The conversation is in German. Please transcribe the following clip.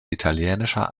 italienischer